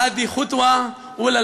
(אומר בערבית ומתרגם:)